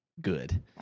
Good